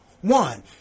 one